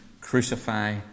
crucify